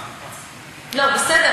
בסדר,